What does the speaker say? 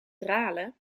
dralen